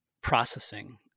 processing